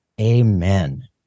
Amen